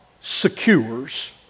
secures